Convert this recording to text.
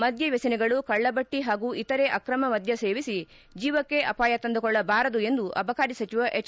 ಮದ್ಯವ್ಯಸನಿಗಳು ಕಳ್ಳಭಟ್ಟಿ ಹಾಗೂ ಇತರೆ ಆಕ್ರಮ ಮದ್ಯ ಸೇವಿಸಿ ಜೀವಕ್ಕೆ ಅಪಾಯ ತಂದುಕೊಳ್ಳಬಾರದು ಎಂದು ಅಬಕಾರಿ ಸಚಿವ ಎಚ್